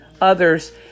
others